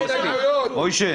מוישה,